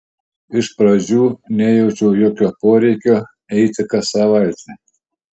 iš pradžių nejaučiau jokio poreikio eiti kas savaitę